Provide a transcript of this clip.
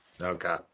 okay